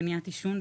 מניעת עישון,